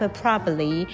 properly